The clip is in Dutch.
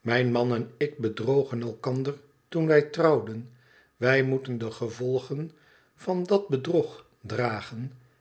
mijn man en ik bedrogen elkander toen wij trouwden wij moeten de gevolgen van dat bedrog dragen